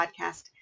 podcast